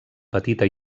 petita